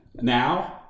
now